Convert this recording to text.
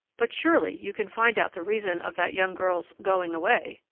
but surely you can find out the reason of that young girl's going away?